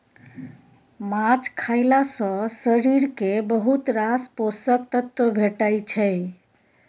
माछ खएला सँ शरीर केँ बहुत रास पोषक तत्व भेटै छै